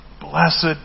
blessed